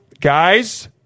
Guys